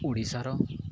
ଓଡ଼ିଶାର